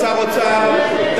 תרצה, תעלה אחר כך ותדבר.